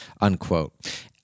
unquote